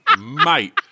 mate